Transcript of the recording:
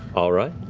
all right.